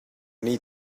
need